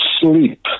sleep